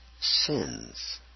sins